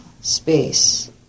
space